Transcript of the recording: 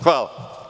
Hvala.